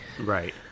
right